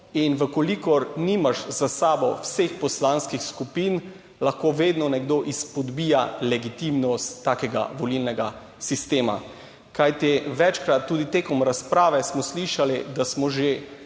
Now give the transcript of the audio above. in v kolikor nimaš za sabo Vseh poslanskih skupin, lahko vedno nekdo izpodbija legitimnost takega volilnega sistema. Kajti, večkrat, tudi tekom razprave, smo slišali, da smo že